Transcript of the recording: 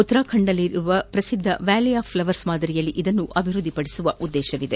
ಉತ್ತರಾಖಂಡ್ನಲ್ಲಿರುವ ಪ್ರಸಿದ್ಧ valley of flowers ಮಾದರಿಯಲ್ಲಿ ಇದನ್ನು ಅಭಿವೃದ್ಧಿಪಡಿಸುವ ಉದ್ದೇಶವಿದೆ